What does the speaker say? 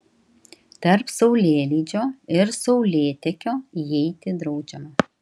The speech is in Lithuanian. tarp saulėlydžio ir saulėtekio įeiti draudžiama